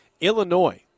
Illinois